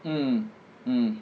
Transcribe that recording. mm mm